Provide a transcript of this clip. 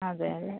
അതെ അതെ